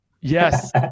Yes